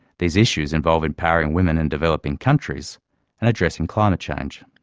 these issues involve empowering women in developing countries and addressing climate change.